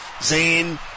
Zayn